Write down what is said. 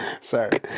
Sorry